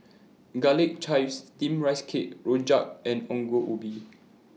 Garlic Chives Steamed Rice Cake Rojak and Ongol Ubi